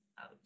out